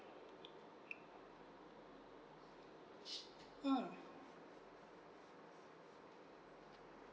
mm